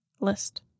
list